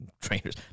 Trainers